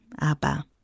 Abba